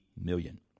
million